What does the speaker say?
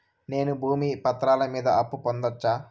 నేను భూమి పత్రాల మీద అప్పు పొందొచ్చా?